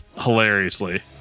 hilariously